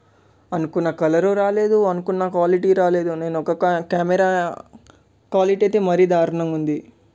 అనుకున్న కలరు రాలేదు అనుకున్న క్వాలిటీ రాలేదు నేను ఒక క కెమెరా క్వాలిటీ అయితే మరి దారుణంగా ఉంది